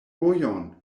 vojon